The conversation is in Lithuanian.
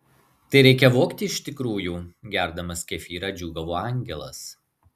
tai reikia vogti iš tikrųjų gerdamas kefyrą džiūgavo angelas